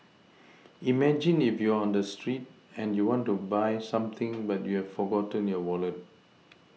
imagine if you're on the street and you want to buy something but you've forgotten your Wallet